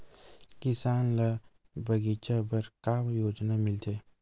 किसान ल बगीचा बर का योजना मिलथे?